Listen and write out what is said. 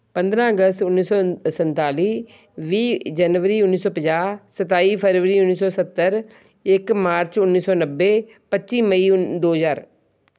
ਪੰਦਰਾਂ ਅਗਸਤ ਉੱਨੀ ਸੌ ਸੰਤਾਲੀ ਵੀਹ ਜਨਵਰੀ ਉੱਨੀ ਸੌ ਪੰਜਾਹ ਸਤਾਈ ਫ਼ਰਵਰੀ ਉੱਨੀ ਸੌ ਸੱਤਰ ਇੱਕ ਮਾਰਚ ਉੱਨੀ ਸੌ ਨੱਬੇ ਪੱਚੀ ਮਈ ਉਂ ਦੋ ਹਜ਼ਾਰ